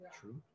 true